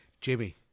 Jimmy